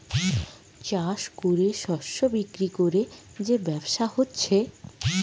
চাষ কোরে শস্য বিক্রি কোরে যে ব্যবসা হচ্ছে